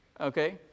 Okay